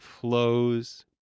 flows